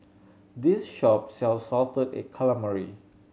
this shop sells salted egg calamari